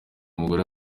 umugore